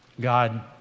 God